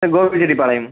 sir Gobichettipalayam